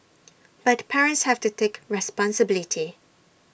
but parents have to take responsibility